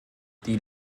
die